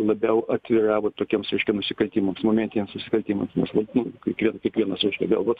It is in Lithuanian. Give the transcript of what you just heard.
labiau atvira vat tokiems reiškia nusikaltimams momentiniams nusikaltimams nes vat nu kiekvien kiekvienas reiškia gal vat